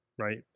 Right